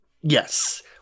Yes